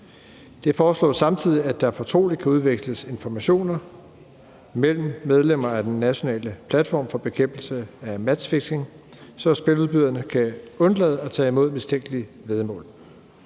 Det foreslås samtidig, at der fortroligt kan udveksles informationer mellem medlemmer af den nationale platform for bekæmpelse af matchfixing, så spiludbyderne kan undlade at tage imod mistænkelige væddemål.